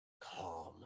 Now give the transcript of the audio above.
calm